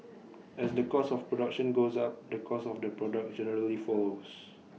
as the cost of production goes up the cost of the product generally follows